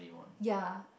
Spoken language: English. ya